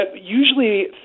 usually